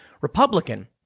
Republican